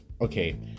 okay